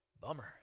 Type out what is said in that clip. bummer